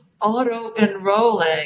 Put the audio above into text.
auto-enrolling